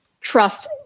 trust